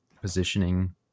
positioning